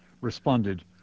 responded